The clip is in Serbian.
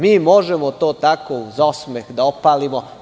Mi možemo to tako, uz osmeh, da opalimo.